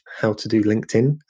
how-to-do-LinkedIn